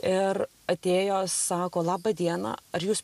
ir atėjo sako laba diena ar jūs